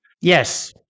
Yes